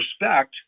respect